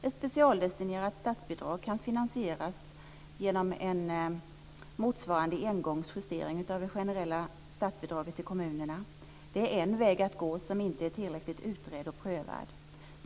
Ett specialdestinerat statsbidrag kan finansieras genom en motsvarande engångsjustering av det generella statsbidraget till kommunerna. Det är en väg att gå som inte är tillräckligt utredd och prövad.